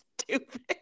stupid